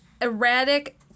erratic